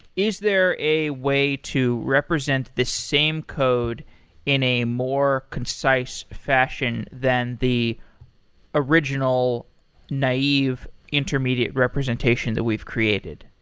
is there a way to represent this same code in a more concise fashion than the original naive intermediate representation that we've created?